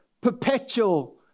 perpetual